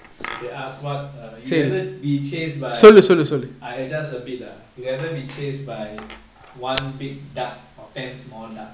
they asked what err you rather be chased by I adjust a bit ah you rather be chased by one big duck or ten small duck